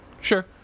Sure